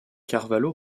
carvalho